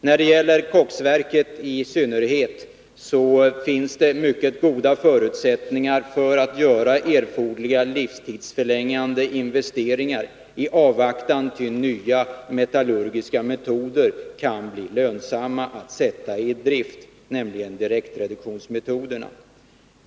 När det gäller koksverket finns det mycket goda förutsättningar för att göra erforderliga livstidsförlängande investeringar, i avvaktan på att nya metallurgiska metoder blir lönsamma att sätta i drift, nämligen direktreduktionsmetoderna.